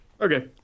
Okay